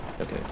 Okay